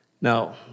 Now